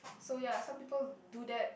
so ya some people do that